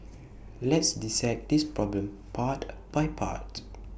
let's dissect this problem part by part